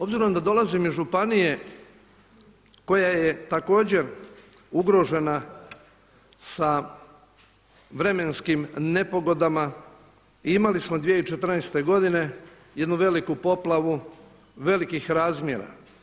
Obzirom da dolazim iz županije koja je također ugrožena sa vremenskim nepogodama i imali smo 2014. godine jednu veliku poplavu velikih razmjera.